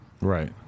Right